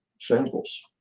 samples